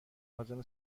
عازم